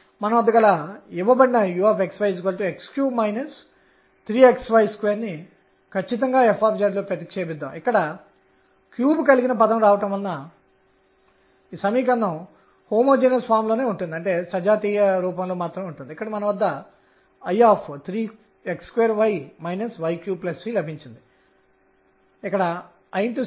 గణన ఈ రోజు కూడా వాడుకలో ఉన్న విల్సన్ సోమర్ఫెల్డ్ క్వాంటం నిబంధనల ఆధారంగా నేను మీకు కొన్ని